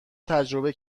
تجربه